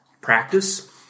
practice